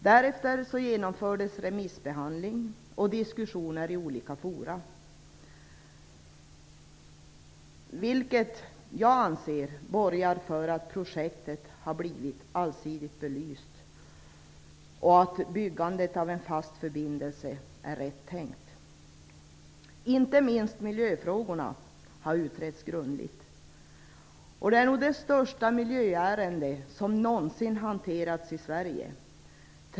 Därefter genomfördes remissbehandling och diskussioner i olika forum, vilket jag anser borgar för att projektet har blivit allsidigt belyst och att byggandet av en fast förbindelse är rätt tänkt. Inte minst miljöfrågorna har utretts grundligt. Det är nog det största miljöärende som någonsin hanterats i Sverige.